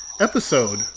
episode